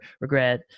regret